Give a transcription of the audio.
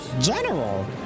General